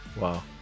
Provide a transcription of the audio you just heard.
Wow